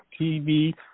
TV